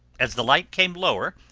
as the light came lower,